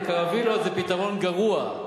קרווילות זה פתרון גרוע.